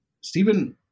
Stephen